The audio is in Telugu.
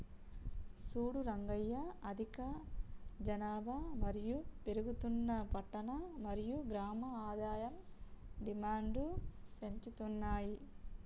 సూడు రంగయ్య అధిక జనాభా మరియు పెరుగుతున్న పట్టణ మరియు గ్రామం ఆదాయం డిమాండ్ను పెంచుతున్నాయి